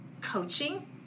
coaching